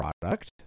product